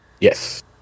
Yes